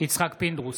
יצחק פינדרוס,